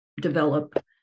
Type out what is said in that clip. develop